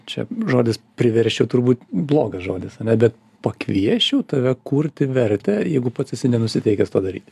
čia žodis priversčiau turbūt blogas žodis ane bet pakviesčiau tave kurti vertę jeigu pats esi nenusiteikęs to daryti